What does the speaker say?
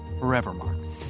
Forevermark